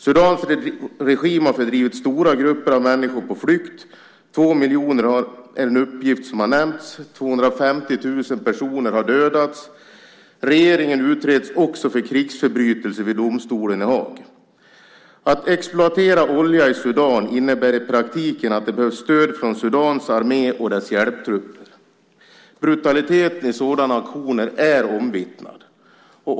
Sudans regim har drivit stora grupper av människor på flykt - två miljoner enligt en uppgift som nämnts. 250 000 personer har dödats. Regeringen utreds också för krigsförbrytelser vid domstolen i Haag. Att exploatera olja i Sudan innebär i praktiken att det behövs stöd från Sudans armé och dess hjälptrupper. Brutaliteten i sådana aktioner är omvittnad.